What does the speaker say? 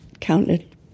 counted